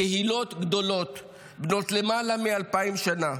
קהילות גדולות בנות למעלה מ-2,000 שנה.